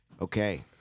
okay